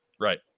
right